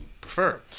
prefer